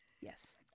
Yes